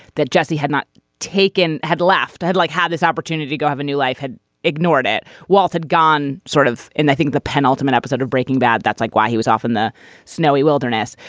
that jesse had not taken had left had like had this opportunity go have a new life had ignored it walt had gone sort of and i think the penultimate episode of breaking bad that's like why he was off in the snowy wilderness.